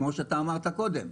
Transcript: כמו שאמרת קודם,